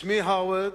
שמי הווארד,